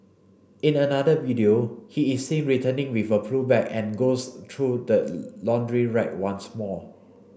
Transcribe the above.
in another video he is seen returning with a blue bag and goes through the laundry rack once more